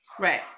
Right